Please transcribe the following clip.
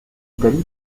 italie